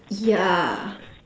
yeah